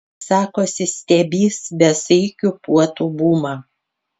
sakosi stebįs besaikių puotų bumą